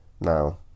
now